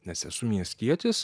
nes esu miestietis